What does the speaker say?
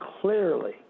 clearly